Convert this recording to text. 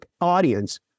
audience